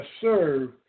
serve